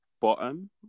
bottom